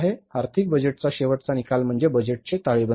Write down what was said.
आर्थिक बजेटचा शेवटचा निकाल म्हणजे बजेटची ताळेबंद